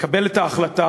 יקבל את ההחלטה,